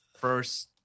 first